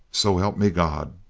so help me god!